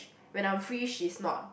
when I'm free she's not